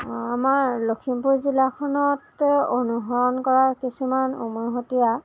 আমাৰ লখিমপুৰ জিলাখনত অনুসৰণ কৰা কিছুমান উমৈহতীয়া